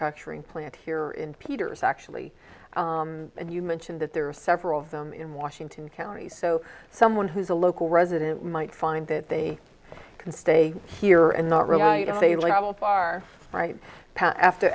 manufacturing plant here in peter's actually and you mentioned that there are several of them in washington county so someone who's a local resident might find that they can stay here and not